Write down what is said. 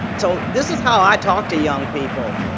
so this is how i talk to young people,